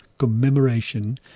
commemoration